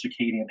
circadian